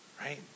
Right